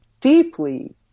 deeply